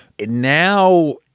Now